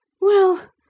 Well